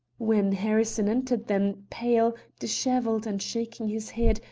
when harrison entered, then, pale, disheveled and shaking his head,